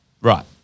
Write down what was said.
Right